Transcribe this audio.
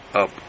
up